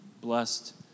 blessed